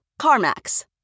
CarMax